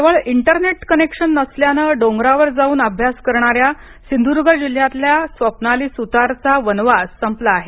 केवळ internet connection नसल्यानं डोंगरावर जाऊन अभ्यास करणाऱ्या सिंधुद्र्ग जिल्ह्यातल्या स्वप्नाली सुतारचा वनवास संपला आहे